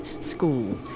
school